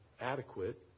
Adequate